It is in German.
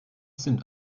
sind